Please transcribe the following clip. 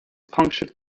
punctured